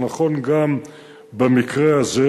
זה נכון גם במקרה הזה.